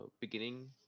beginning